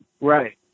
Right